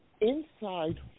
Inside